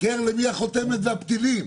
הכר למי החותמת והפתילים.